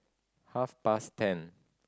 half past ten